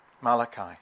Malachi